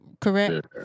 correct